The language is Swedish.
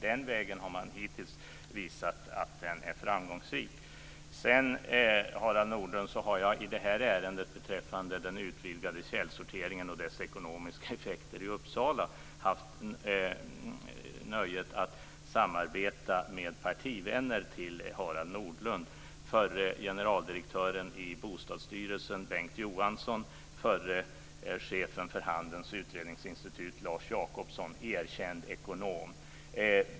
Den vägen är, har man hittills visat, framgångsrik. Sedan har jag i det här ärendet, beträffande den utvidgade källsorteringen och dess ekonomiska effekter i Uppsala, haft nöjet att samarbeta med partivänner till Harald Nordlund, förre generaldirektören i Bostadsstyrelsen Bengt Johansson och förre chefen för Handelns Utredningsinstitut, Lars Jacobsson, erkänd ekonom.